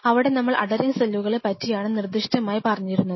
അവിടെ നമ്മൾ അധെറിങ് സെല്ലുകളെ പറ്റിയാണ് നിർദ്ദിഷ്ടമായി പറഞ്ഞിരുന്നത്